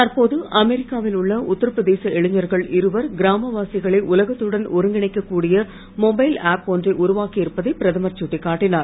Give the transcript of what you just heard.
தற்போது அமெரிக்காவில் உள்ள உத்தரபிரதேச இளைஞர்கள் இருவர் கிராமவாசிகளை உலகத்துடன் ஒருங்கிணைக்கக் கூடிய மொபைல் ஆப் ஒன்றை உருவாக்கி இருப்பதை பிரதமர் சுட்டிக்காட்டினார்